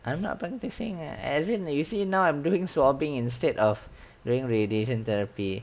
I'm not practising as in you see now I'm doing so or being instead of doing radiation therapy